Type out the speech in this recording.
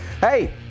Hey